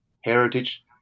heritage